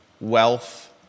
wealth